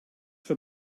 for